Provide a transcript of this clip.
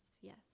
yes